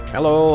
Hello